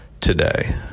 today